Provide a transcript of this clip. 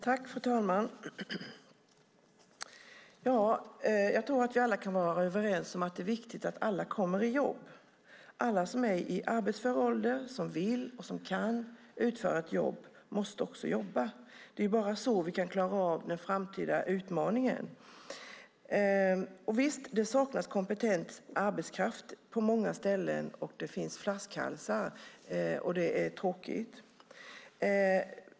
Fru talman! Jag tror att vi alla kan vara överens om att det är viktigt att alla kommer i jobb. Alla som är i arbetsför ålder och som vill och kan utföra ett jobb måste också jobba. Det är bara så vi kan klara av den framtida utmaningen. Visst saknas det kompetent arbetskraft på många ställen och finns flaskhalsar. Det är tråkigt.